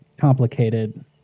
complicated